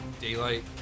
daylight